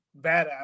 badass